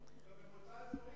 וזה ויכול להיות גם בעוד מקומות,